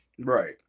Right